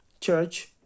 church